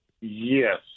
Yes